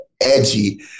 edgy